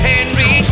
Henry